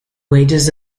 wages